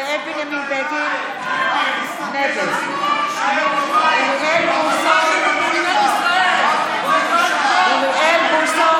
אל תסתכל לציבור שבבית וחשב,